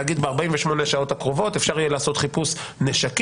להגיד: ב-48 שעות הקרובות אפשר יהיה לעשות חיפוש נשקים.